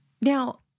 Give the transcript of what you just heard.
Now